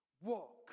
Walk